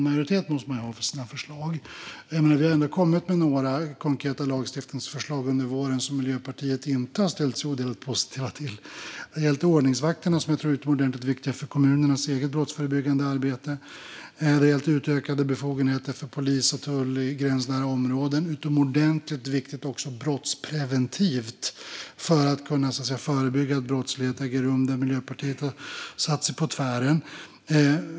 Man måste ju ha en majoritet för sina förslag. Vi har under våren kommit med några konkreta lagstiftningsförslag som Miljöpartiet inte har ställt sig odelat positivt till. Det har gällt ordningsvakterna, som jag tror är utomordentligt viktiga för kommunernas eget brottsförebyggande arbete. Det har gällt utökade befogenheter för polis och tull i gränsnära områden - utomordentligt viktigt brottspreventivt, det vill säga för att kunna förebygga att brottslighet äger rum. Där har Miljöpartiet satt sig på tvären.